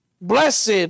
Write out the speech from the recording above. Blessed